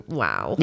wow